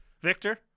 Victor